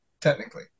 Technically